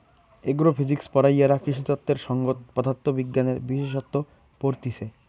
agro physics পড়াইয়ারা কৃষিতত্ত্বের সংগত পদার্থ বিজ্ঞানের বিশেষসত্ত পড়তিছে